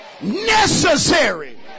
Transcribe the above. necessary